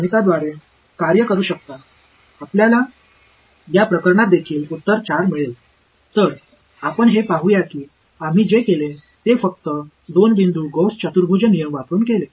இந்த விஷயத்தில் N 2 ஆக இருப்பதால் இங்கு கொடுக்கப்பட்ட 3 செயல்பாடுகளை வரிசை செய்வது துல்லியமானது ஒரு கன பாலினாமியல்